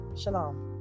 Shalom